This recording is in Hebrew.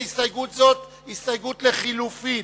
להסתייגות זו יש הסתייגות לחלופין.